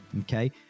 Okay